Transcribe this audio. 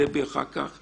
דבי אחר כך,